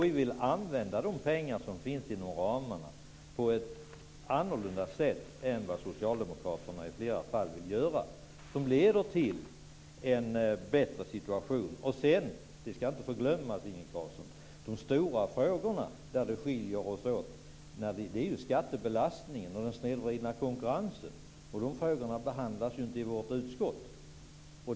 Vi vill använda de pengar som finns inom ramarna på ett annorlunda sätt än vad socialdemokraterna i flera fall vill göra - och det leder till en bättre situation. Den stora frågan som skiljer oss åt gäller skattebelastningen och den snedvridna konkurrensen. De frågorna behandlas inte i vårt utskott.